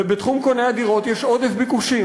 ובתחום קוני הדירות יש עודף ביקושים.